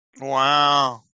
Wow